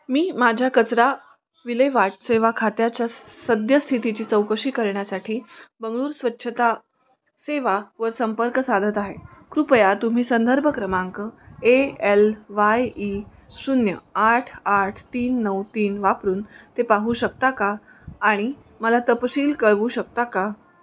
मी माझ्या कचरा विल्हेवाट सेवा खात्याच्या सद्यस्थितीची चौकशी करण्यासाठी बंगळुरू स्वच्छता सेवेवर संपर्क साधत आहे कृपया तुम्ही संदर्भ क्रमांक ए एल वाय ई शून्य आठ आठ तीन नऊ तीन वापरून ते पाहू शकता का आणि मला तपशील कळवू शकता का